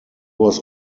was